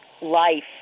life